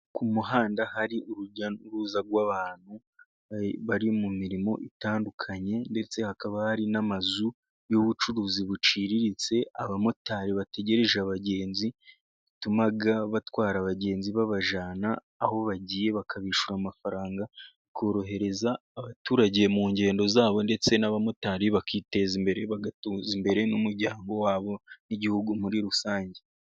Ku muhanda hari urujyauruza rw'abantu bari mu mirimo itandukanye, ndetse hakaba hari n'amazu y'ubucuruzi buciriritse, abamotari bategereje abagenzi, bituma batwara abagenzi babajana aho bagiye, bakabishyura amafaranga, korohereza abaturage mu ngendo zabo, ndetse n'abamotari bakiteza imbere, bagateza imbere n'umuryango wabo n'igihugu muri rusange.